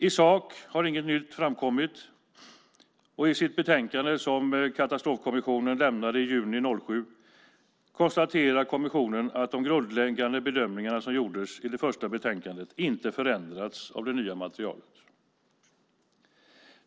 I sak har inget nytt framkommit. I betänkandet som lämnades i juni 2007 konstaterar Katastrofkommissionen att de grundläggande bedömningarna som gjordes i det första betänkandet inte förändrats av det nya materialet.